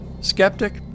Skeptic